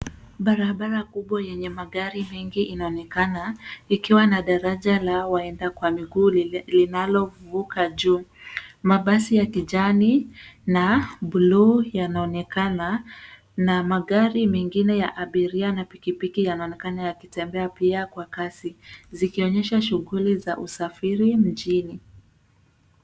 Barabara kubwa yenye magari mengi inaonekana ikiwa na daraja la waenda kwa miguu linalovuka juu. Mabasi ya kijani na buluu yanaonekana na magari mengine ya abiria na pikipiki yanaonekana yakitembea pia kwa kasi zikionyesha shughuli za usafiri mjini.